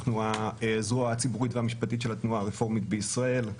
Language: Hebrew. אנחנו הזרועה הציבורית והמשפטית של התנועה הרפורמית בישראל.